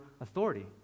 authority